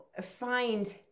find